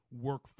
work